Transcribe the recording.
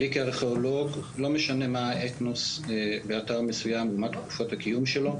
לי כארכיאולוג לא משנה מה האתנוס באתר מסוים או מה תקופת הקיום שלו,